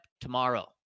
tomorrow